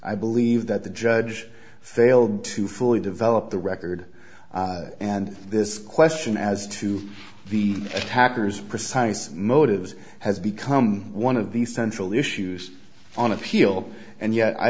i believe that the judge failed to fully develop the record and this question as to the attackers precise motives has become one of the central issues on appeal and yet i